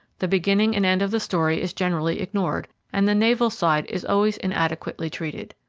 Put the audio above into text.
the beginning and end of the story is generally ignored, and the naval side is always inadequately treated.